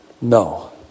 No